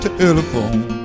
telephone